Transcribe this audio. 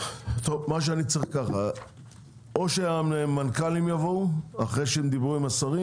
אני צריך או שהמנכ"לים יבואו אחרי שהם דיברו עם השרים,